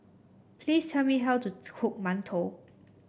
please tell me how to cook Mantou